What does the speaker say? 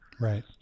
Right